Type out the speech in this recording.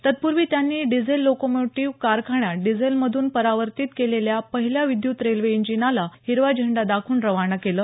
तत्पूर्वी त्यांनी diesel locomotive कारख्यान्यात डीझेल मधून परावर्तित केलेल्या पहिल्या विद्युत रेल्वे इंजिनाला हिरवा झेंडा दाखवून रवाना केलं